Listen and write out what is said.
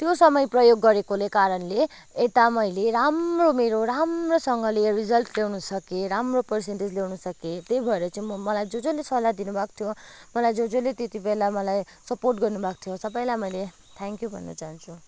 त्यो समय प्रयोग गरेकोले कारणले यता मैले राम्रो मेरो राम्रोसँगले रिजल्ट ल्याउन सकेँ राम्रो पर्सन्टेज ल्याउन सकेँ त्यही भएर चाहिँ मलाई जस जसले सल्लाह दिनुभएको थियो मलाई जस जसले त्यति बेला मलाई सपोर्ट गर्नुभएको थियो सबैलाई मैले थ्याङ्क्यु भन्न चाहन्छु